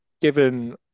given